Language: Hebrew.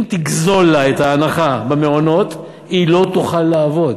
אם תגזול לה את ההנחה במעונות היא לא תוכל לעבוד,